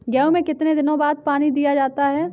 गेहूँ में कितने दिनों बाद पानी दिया जाता है?